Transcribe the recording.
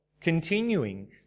continuing